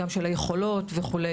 גם של היכולות וכו'.